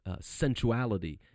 sensuality